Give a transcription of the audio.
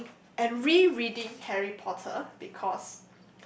reading and re reading Harry-Potter because